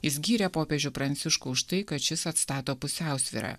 jis gyrė popiežių pranciškų už tai kad šis atstato pusiausvyrą